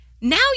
Now